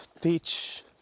teach